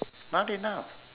not enough